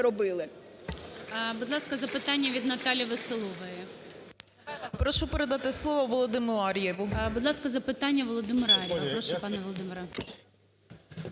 дякую.